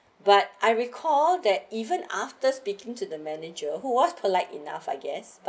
but I recall that even after speaking to the manager who was polite enough I guess but